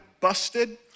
busted